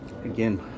Again